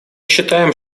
считаем